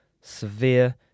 severe